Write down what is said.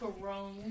corona